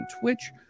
Twitch